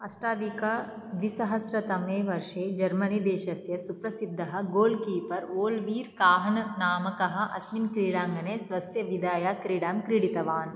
अष्टाधिकद्विसहस्रतमे वर्षे जर्मनीदेशस्य सुप्रसिद्धः गोल् कीपर् ओलिवर् काह्न् नामकः अस्मिन् क्रीडाङ्गणे स्वस्य विदायक्रीडां क्रीडितवान्